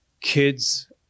kids